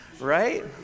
right